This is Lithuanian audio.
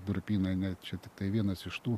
durpynai ne čia tiktai vienas iš tų